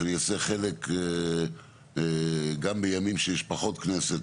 שאני אעשה חלק גם בימים שיש פחות כנסת,